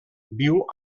viu